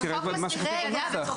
אבל תראה מה כתוב בנוסח.